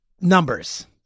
Numbers